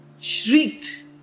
shrieked